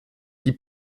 die